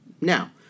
now